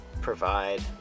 provide